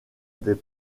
des